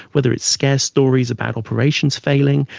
whether it's scare stories about operations failing,